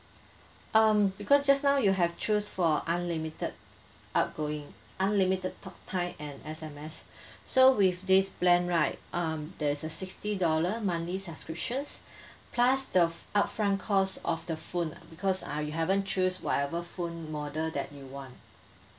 um because just now you have choose for unlimited outgoing unlimited talk time and S_M_S so with this plan right um there's a sixty dollar monthly subscriptions plus the f~ upfront cost of the phone because uh you haven't choose whatever phone model that you want